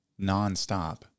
nonstop